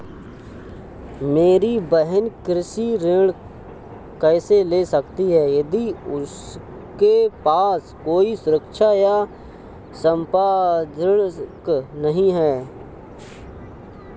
मेरी बहिन कृषि ऋण कैसे ले सकती है यदि उसके पास कोई सुरक्षा या संपार्श्विक नहीं है?